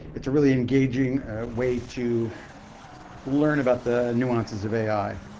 it's a really engaging way to learn about the nuances of ai.